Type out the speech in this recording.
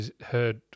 heard